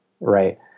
Right